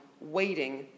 waiting